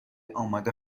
آماده